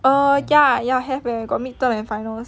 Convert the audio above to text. err ya ya have eh got midterms and final paper